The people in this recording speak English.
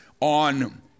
on